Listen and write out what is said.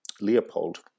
Leopold